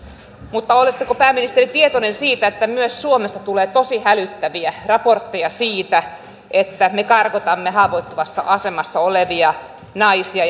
mutta oletteko pääministeri tietoinen siitä että myös suomessa tulee tosi hälyttäviä raportteja siitä että me karkotamme haavoittuvassa asemassa olevia naisia